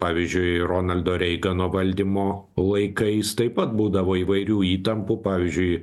pavyzdžiui ronaldo reigano valdymo laikais tai būdavo įvairių įtampų pavyžiui